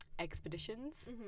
expeditions